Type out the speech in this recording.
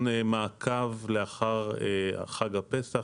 אני מציע שנקיים גם דיון מעקב לאחר חג הפסח,